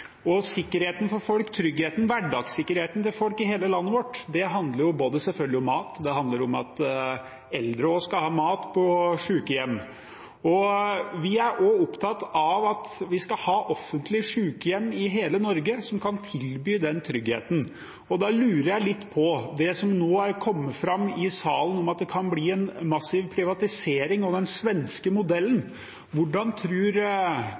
regjering: Hverdagssikkerheten til folk i hele landet vårt handler selvfølgelig om mat, om at eldre også skal ha mat på sykehjem. Vi er også opptatt av at vi skal ha offentlige sykehjem i hele Norge, som kan tilby den tryggheten. Da lurer jeg litt på: Det er kommet fram i salen at det kan komme en massiv privatisering, som i den svenske modellen.